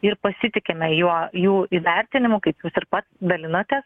ir pasitikime juo jų įvertinimu kaip jūs ir pats dalinatės